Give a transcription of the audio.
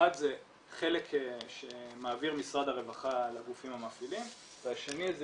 אחד זה חלק שמעביר משרד הרווחה לגופים המפעילים והשני זה